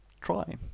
try